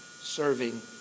serving